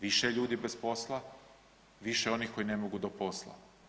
Više je ljudi bez posla, više onih koji ne mogu do posla.